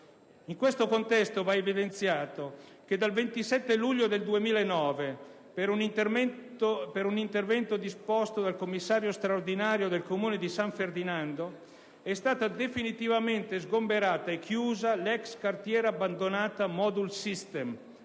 In tale contesto, va evidenziato che dal 27 luglio 2009, per un intervento disposto dal commissario straordinario del Comune di San Ferdinando, è stata definitivamente sgomberata e chiusa l'ex cartiera abbandonata "Modul System",